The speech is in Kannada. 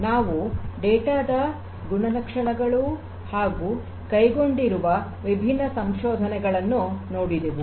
ನಾವು ಡೇಟಾ ದ ಗುಣಲಕ್ಷಣಗಳು ಹಾಗೂ ಕೈಗೊಂಡಿರುವ ವಿಭಿನ್ನ ಸಂಶೋಧನೆಗಳನ್ನು ನೋಡಿದೆವು